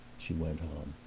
she went on.